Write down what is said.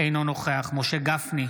אינו נוכח משה גפני,